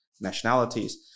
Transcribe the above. nationalities